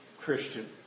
Christian